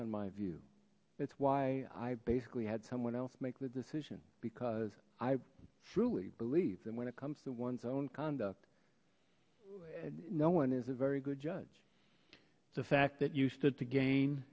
on my view that's why i basically had someone else make the decision because i truly believe that when it comes to one's own conduct and no one is a very good judge the fact that you stood to gain